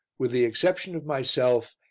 with the exception of myself,